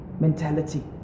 mentality